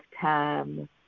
time